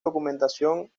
documentación